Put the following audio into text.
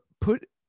put